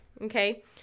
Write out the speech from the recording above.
Okay